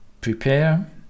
prepare